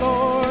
Lord